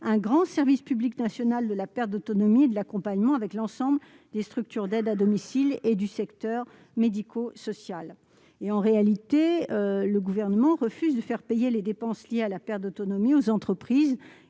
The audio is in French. un grand service public national de la perte d'autonomie et de l'accompagnement, avec l'ensemble des structures d'aide à domicile et du secteur médico-social. Or le Gouvernement refuse de faire payer les dépenses liées à la perte d'autonomie aux entreprises